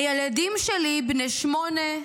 הילדים שלי, בני שמונה,